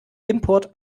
import